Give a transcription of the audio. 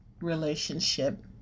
relationship